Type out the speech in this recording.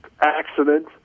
accident